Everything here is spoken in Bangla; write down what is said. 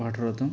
পাঠরত